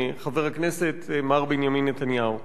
חבר הכנסת מר בנימין נתניהו.